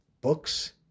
books